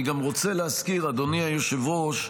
אני גם רוצה להזכיר, אדוני היושב-ראש,